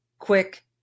quick